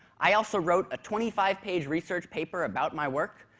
i also wrote a twenty five page research paper about my work,